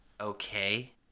okay